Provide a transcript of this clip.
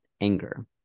anger